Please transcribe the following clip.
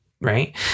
right